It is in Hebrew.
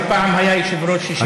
שפעם היה יושב-ראש ישיבה,